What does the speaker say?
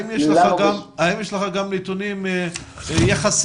האם יש לך גם נתונים יחסיים?